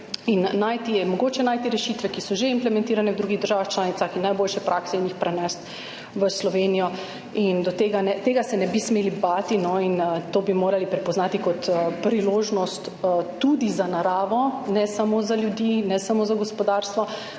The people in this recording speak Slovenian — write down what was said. in najboljše prakse, ki so že implementirane v drugih državah članicah, in jih prenesti v Slovenijo. In tega se ne bi smeli bati in to bi morali prepoznati kot priložnost tudi za naravo, ne samo za ljudi, ne samo za gospodarstvo,